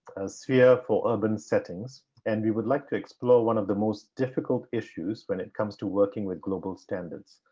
sphere for urban settings, and we would like to explore one of the most difficult issues when it comes to working with global standards,